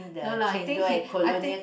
no lah I think he I think